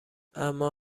اما